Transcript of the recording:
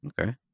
okay